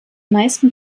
meisten